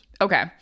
Okay